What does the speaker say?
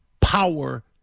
power